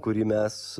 kurį mes